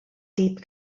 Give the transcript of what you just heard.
deep